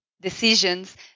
decisions